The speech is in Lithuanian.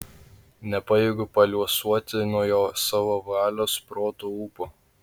nepajėgiu paliuosuoti nuo jo savo valios proto ūpo